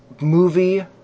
movie